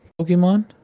Pokemon